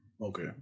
Okay